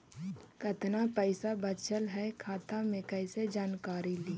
कतना पैसा बचल है खाता मे कैसे जानकारी ली?